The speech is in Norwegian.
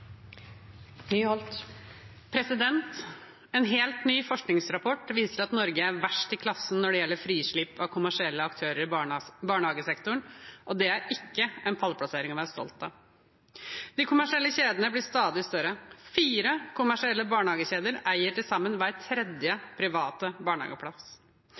En helt ny forskningsrapport viser at Norge er verst i klassen når det gjelder frislipp av kommersielle aktører i barnehagesektoren, og det er ikke en pallplassering å være stolt av. De kommersielle kjedene blir stadig større. Fire kommersielle barnehagekjeder eier til sammen hver tredje private barnehageplass.